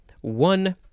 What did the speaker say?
One